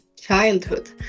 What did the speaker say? childhood